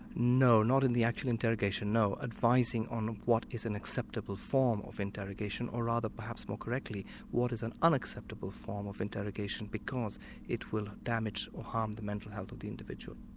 no, not in the actual interrogation, no, advising on what is an acceptable form of interrogation or rather perhaps more correctly what is an unacceptable form of interrogation because it will damage or harm the mental health of the individual.